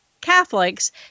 Catholics